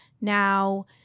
Now